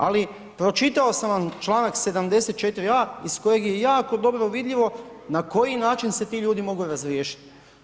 Ali, pročitao sam vam čl. 74a iz kojeg je jako dobro vidljivo na koji način se ti ljudi mogu razriješiti.